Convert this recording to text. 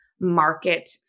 market